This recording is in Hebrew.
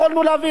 יכולנו להבין.